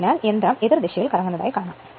അതിനാൽ യന്ത്രം എതിർദിശയിൽ കറങ്ങും